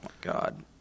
God